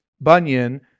Bunyan